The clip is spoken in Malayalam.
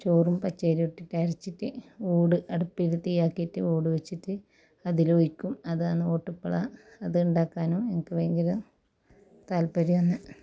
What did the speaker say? ചോറും പച്ചരിയു ഇട്ടിട്ട് അരച്ചിട്ട് ഓട് അടുപ്പിൽ തീയ്യാക്കീട്ട് ഓട് വെച്ചിട്ട് അതിലൊഴിക്കും അതാണ് ഓട്ടുപ്പഴാ അതുണ്ടാക്കാനും എനിക്ക് ഭയങ്കര താൽപ്പര്യാന്ന്